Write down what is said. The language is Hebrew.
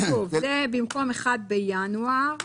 במקום "1 בינואר",